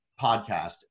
podcast